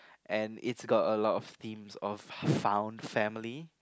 and its got alot of themes of like found family